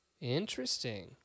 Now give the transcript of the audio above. Interesting